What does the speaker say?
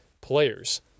players –